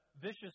vicious